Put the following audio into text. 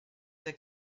the